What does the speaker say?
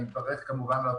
אני מברך כמובן על התוכנית,